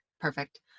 Perfect